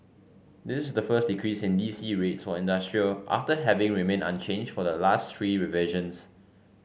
this the first decrease in D C rates for industrial after having remained unchanged for the last three revisions